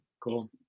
Cool